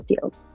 fields